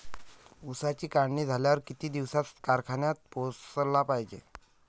ऊसाची काढणी झाल्यावर किती दिवसात कारखान्यात पोहोचला पायजे?